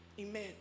Amen